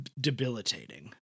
debilitating